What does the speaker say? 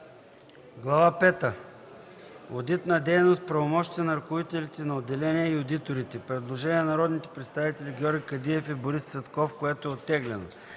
пета – Одитна дейност. Правомощия на ръководителите на отделения и одиторите”. Предложение на народните представители Георги Кадиев и Борис Цветков, което е оттеглено.